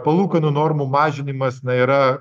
palūkanų normų mažinimas na yra